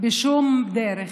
שום דרך,